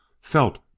felt